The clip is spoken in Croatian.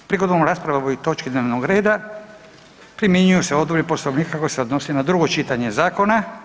Prigodom rasprave o ovoj točki dnevnog reda primjenjuju se odredbe Poslovnika koje se odnose na drugo čitanje zakona.